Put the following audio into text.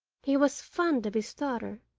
he was fond of his daughter,